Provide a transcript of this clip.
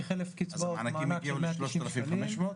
-- כחלף קצבאות מענק של 190 שקלים,